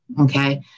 okay